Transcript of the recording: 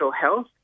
health